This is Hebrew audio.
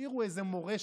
תשאירו איזו מורשת,